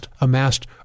amassed